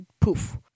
poof